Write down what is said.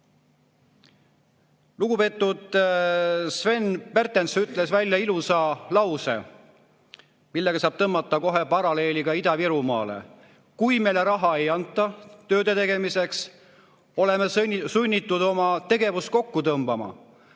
Lugupeetud Sven Pertens ütles ilusa lause, mille abil saab tõmmata kohe paralleeli ka Ida-Virumaaga. Kui meile ei anta raha tööde tegemiseks, oleme sunnitud oma tegevust kokku tõmbama.